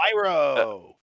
Pyro